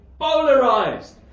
polarized